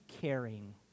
Caring